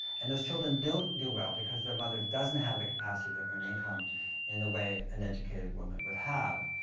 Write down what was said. and those children don't do well because their mother doesn't have the capacity to earn income in the way an educated woman would have.